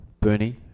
Bernie